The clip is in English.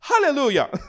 Hallelujah